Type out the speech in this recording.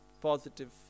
positive